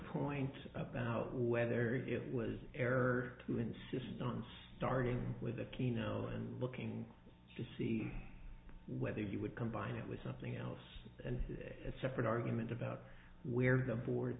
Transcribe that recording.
point about whether it was error to insist on starting with aquino and looking to see whether you would combine it with something else and a separate argument about where the board